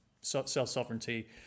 self-sovereignty